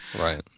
Right